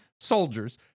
soldiers